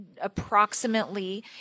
approximately